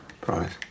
Promise